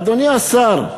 אדוני השר,